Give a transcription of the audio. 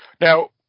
Now